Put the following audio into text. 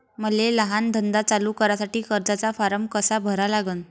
मले लहान धंदा चालू करासाठी कर्जाचा फारम कसा भरा लागन?